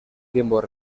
tiempos